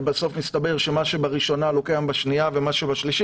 ובסוף מסתבר שמה שבראשונה לא קיים בשנייה ומה שבשלישית